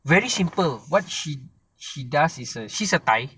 very simple what she she does is a she's a thai